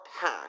pack